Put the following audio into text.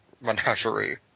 menagerie